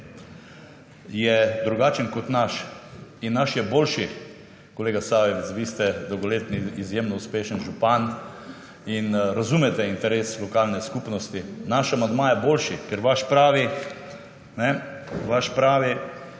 je drugačen kot naš. In naš je boljši. Kolega Sajovic, vi ste dolgoletni izjemno uspešen župan in razumete interes lokalne skupnosti. Naš amandma je boljši, ker vaš pravi »člane